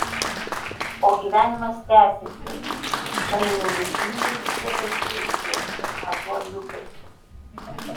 o gyvenimas tęsiasi šalia jau viltingai stiebiasi jauni ąžuoliukai